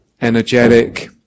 energetic